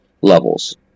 levels